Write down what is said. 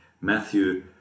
Matthew